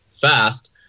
fast